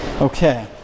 Okay